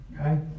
okay